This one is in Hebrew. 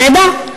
נהדר.